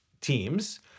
teams